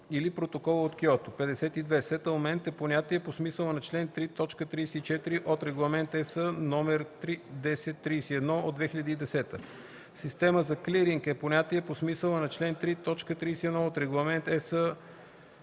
или Протокола от Киото. 52. „Сетълмент” е понятие по смисъла на член 3, т. 34 от Регламент (ЕС) № 1031/2010. 53. „Система за клиринг” е понятие по смисъла на член 3, т. 31 от Регламент (ЕС)